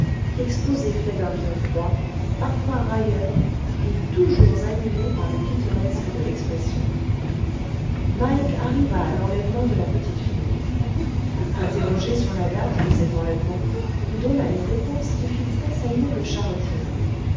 exposé fait d'un ton froid parfois railleur et toujours animé par le pittoresque de l'expression mike arriva à l'enlèvement de la petite fille interrogé sur la date de cet enlèvement il donna une réponse qui fit tressaillir le charretier